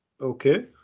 okay